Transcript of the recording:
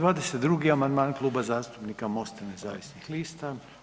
22. amandman Kluba zastupnika MOST-a nezavisnih lista.